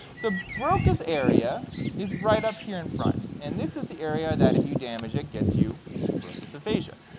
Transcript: so broca's area is right up here in front. and this is the area that if you damage it gets you broca's aphasia.